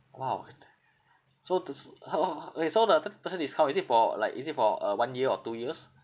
!wow! so to s~ okay so the thirty percent discount is it for like is it for uh one year or two years